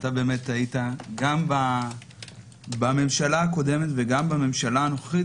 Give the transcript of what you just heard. אתה היית גם בממשלה הקודמת וגם בנוכחית,